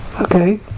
Okay